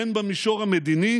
הן במישור המדיני